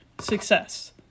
success